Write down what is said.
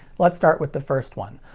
let's start with the first one.